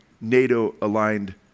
NATO-aligned